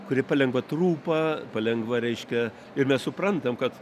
kuri palengva trupa palengva reiškia ir mes suprantam kad